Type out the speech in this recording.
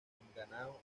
mindanao